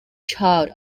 child